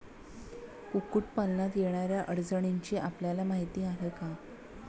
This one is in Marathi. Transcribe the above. कुक्कुटपालनात येणाऱ्या अडचणींची आपल्याला माहिती आहे का?